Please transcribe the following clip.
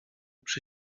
przy